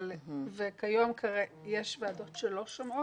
אבל כיום יש ועדות שלא שומעות,